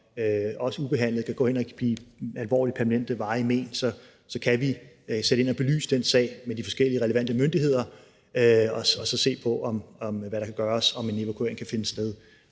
også ubehandlet kan gå hen og give alvorlige permanente, varige men, så kan vi sætte ind og belyse den sag med de forskellige relevante myndigheder og så se på, hvad der kan gøres, og om en evakuering kan finde sted